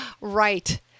right